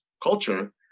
culture